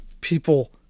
people